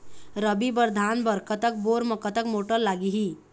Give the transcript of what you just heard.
रबी बर धान बर कतक बोर म कतक मोटर लागिही?